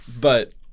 But-